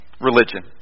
religion